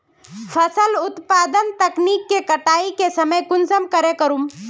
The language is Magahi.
फसल उत्पादन तकनीक के कटाई के समय कुंसम करे करूम?